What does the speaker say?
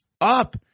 up